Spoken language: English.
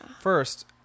first